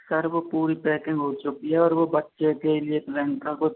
sir वो पूरी packing हो चुकी है और वो बच्चे के लिए प्लान था कुछ